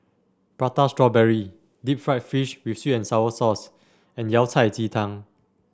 Prata Strawberry Deep Fried Fish with sweet and sour sauce and Yao Cai Ji Tang